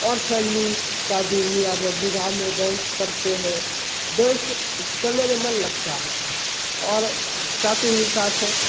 और फैमली शादी विवाह विवाह में डांस करते हैं डांस करने में मन लगता है और साथ ही साथ